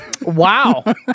Wow